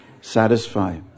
satisfy